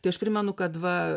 tai aš primenu kad va